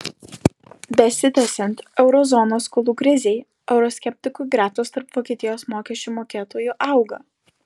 besitęsiant euro zonos skolų krizei euroskeptikų gretos tarp vokietijos mokesčių mokėtojų auga